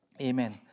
Amen